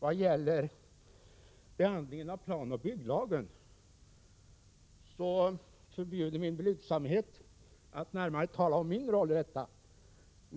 Vad gäller behandlingen av planoch bygglagen förbjuder mig min blygsamhet att närmare tala om min roll i detta sammanhang.